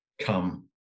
come